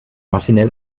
maschinell